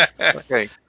Okay